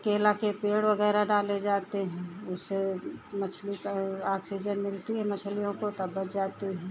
केला के पेड़ वग़ैरह ले जाते हैं उससे मछली के ऑक्सीजन मिलती है मछलियों को तब बच जाती हैं